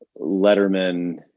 Letterman